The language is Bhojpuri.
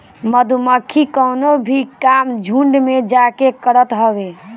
मधुमक्खी कवनो भी काम झुण्ड में जाके करत हवे